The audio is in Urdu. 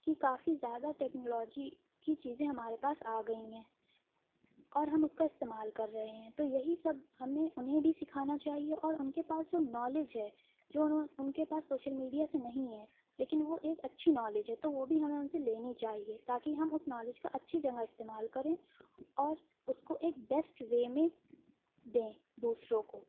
کہ کافی زیادہ ٹکنالوجی کی چیزیں ہمارے پاس آ گئی ہیں اور ہم اس کا استعمال کر رہے ہیں تو یہی سب ہمیں انہیں بھی سکھانا چاہیے اور ان کے پاس جو نالج ہے جو انہوں ان کے پاس سوشل میڈیا سے نہیں ہے لیکن وہ ایک اچھی نالج ہے تو وہ بھی ہمیں ان سے لینی چاہیے تاکہ ہم اس نالج کا اچھی جگہ استعمال کریں اور اس کو ایک بیسٹ وے میں دیں دوسروں کو